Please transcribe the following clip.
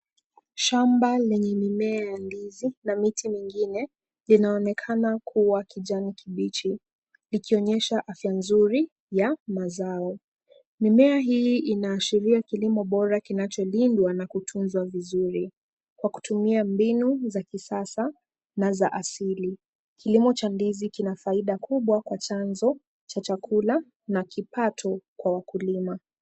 Shamba lenye mimea ya ndizi na miti mingine linaonekana kuwa kijani kibichi ikionyesha afya nzuri ya mazao. Mimea hii inaashiria kilimo bora kinacholindwa na kutunzwa vizuri kwa kutumia mbinu za kisasa na za asili. Kilimo cha ndizi kina faida kubwa kwa chanzo cha chakula na kipato kwa wakulima.